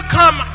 come